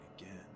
again